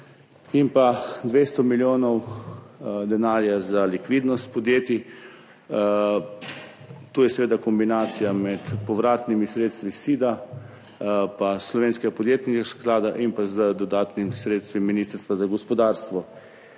in pa 200 milijonov evrov za likvidnost podjetij. To je seveda kombinacija med povratnimi sredstvi SID, Slovenskega podjetniškega sklada in pa z dodatnimi sredstvi Ministrstva za gospodarstvo.